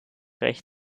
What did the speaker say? recht